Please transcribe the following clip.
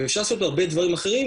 ואפשר לעשות הרבה דברים אחרים.